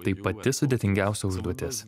tai pati sudėtingiausia užduotis